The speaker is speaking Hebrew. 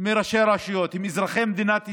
מראשי הרשויות, הם אזרחי מדינת ישראל,